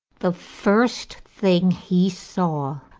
the first thing he saw,